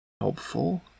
helpful